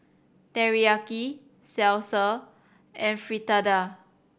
Teriyaki Salsa and Fritada